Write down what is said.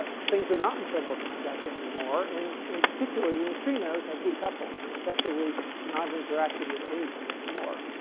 things are not in thermal contact anymore. and in particular, the neutrinos have decoupled. they're effectively not interacting with anything anymore.